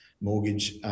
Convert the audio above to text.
mortgage